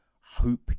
Hope